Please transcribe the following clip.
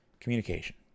communication